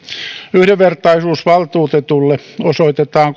yhdenvertaisuusvaltuutetulle osoitetaan